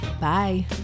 Bye